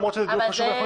למרות שזה דיון חשוב.